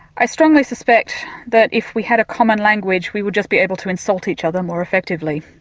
i strongly suspect that if we had a common language we would just be able to insult each other more effectively.